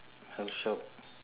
health shop